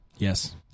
Yes